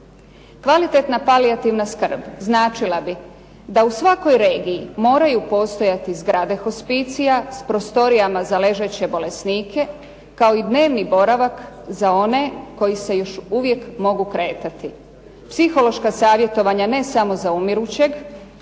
Kvalitetna palijativna skrb značila bi da u svakoj regiji moraju postojati zgrade hospicija s prostorijama za ležeće bolesnike kao i dnevni boravak za one koji se još uvijek mogu kretati. Psihološka savjetovanja ne samo za umirućeg